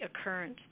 occurrence